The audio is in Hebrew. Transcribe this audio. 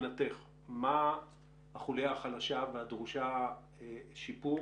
מבחינתך מה החוליה החלשה והדרושה שיפור